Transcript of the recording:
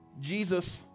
Jesus